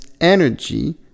energy